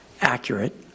accurate